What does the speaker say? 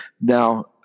Now